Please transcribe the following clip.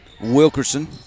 Wilkerson